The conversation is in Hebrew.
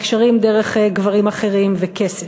מקשרים דרך גברים אחרים וכסף.